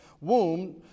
womb